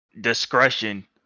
discretion